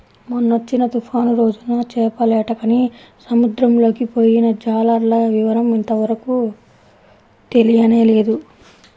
మొన్నొచ్చిన తుఫాను రోజున చేపలేటకని సముద్రంలోకి పొయ్యిన జాలర్ల వివరం ఇంతవరకు తెలియనేలేదు